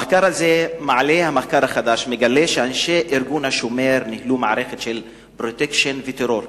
המחקר החדש מגלה שאנשי ארגון "השומר" ניהלו מערכת של "פרוטקשן" וטרור,